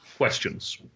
Questions